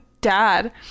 dad